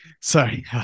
sorry